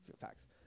facts